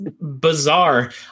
bizarre